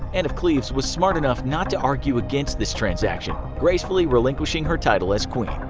and of cleves was smart enough not to argue against this transaction, gracefully relinquishing her title as queen.